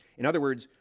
in other words,